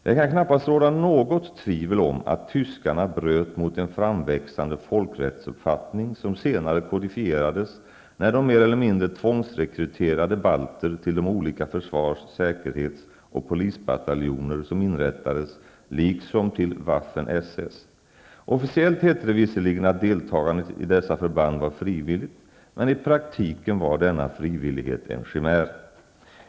Det kan knappast råda något tvivel om att tyskarna bröt mot en framväxande folkrättsuppfattning som senare kodifierades när de mer eller mindre tvångsrekryterade balter till de olika försvars-, säkerhets och polisbataljoner som inrättades liksom till Waffen-SS. Officiellt hette det visserligen att deltagandet i dessa förband var frivilligt, men i praktiken var denna frivillighet en chimär.